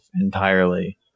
entirely